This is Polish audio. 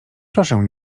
proszę